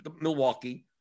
Milwaukee